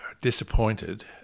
disappointed